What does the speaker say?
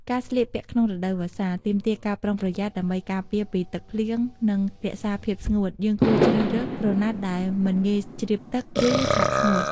ការស្លៀកពាក់ក្នុងរដូវវស្សា ទាមទារការប្រុងប្រយ័ត្នដើម្បីការពារពីទឹកភ្លៀង និងរក្សាភាពស្ងួត។ យើងគួរជ្រើសរើស ក្រណាត់ដែលមិនងាយជ្រាបទឹក ឬ ឆាប់ស្ងួត។